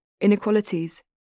inequalities